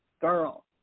Girl